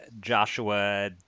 Joshua